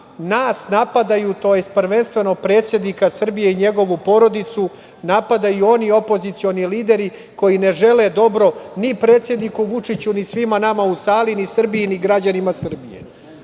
nas napadaju tj. prvenstveno predsednika Srbije i njegovu porodicu napadaju i oni opozicioni lideri koji ne žele dobro ni predsedniku Vučiću ni svima nama u Srbiji ni građanima Srbije.